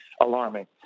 alarming